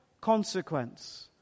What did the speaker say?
consequence